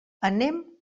anem